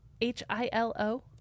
H-I-L-O